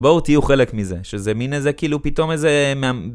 בואו תהיו חלק מזה, שזה מין איזה, כאילו פתאום איזה...